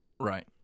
Right